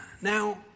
Now